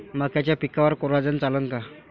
मक्याच्या पिकावर कोराजेन चालन का?